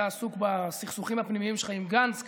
עסוק בסכסוכים הפנימיים שלך עם גנץ,